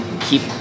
keep